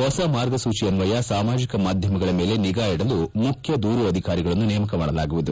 ಹೊಸ ಮಾರ್ಗಸೂಜಿ ಅನ್ವಯ ಸಾಮಾಜಿಕ ಮಾಧ್ಯಮಗಳ ಮೇಲೆ ನಿಗಾ ಇಡಲು ಮುಖ್ಯ ದೂರು ಅಧಿಕಾರಿಯನ್ನು ನೇಮಕ ಮಾಡಲಾಗುವುದು